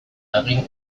hagin